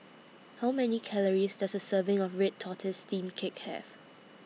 How Many Calories Does A Serving of Red Tortoise Steamed Cake Have